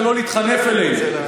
ולא להתחנף אלינו.